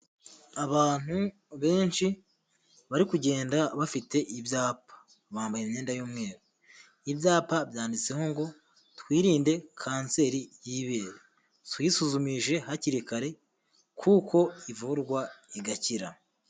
Abantu benshi bari kugenda bafite ibyapa bambaye imyenda y'umweru ibyapa byanditseho ngo twirinde kanseri y'ibere twisuzumishije hakiri kare kuko ivurwa igakira.